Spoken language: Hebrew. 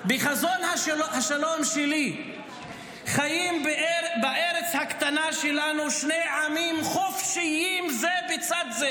בחזון השלום שלי חיים בארץ הקטנה שלנו שני עמים חופשיים זה בצד זה